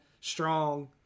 strong